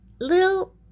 little